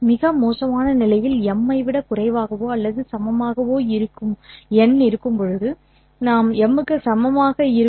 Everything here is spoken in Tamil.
மிக மோசமான நிலையில் எம் ஐ விட குறைவாகவோ அல்லது சமமாகவோ இருக்கும் n ஐ நாம் M க்கு சமமாக இருக்கும்